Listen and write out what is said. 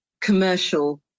commercial